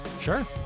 Sure